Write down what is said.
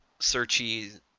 searchy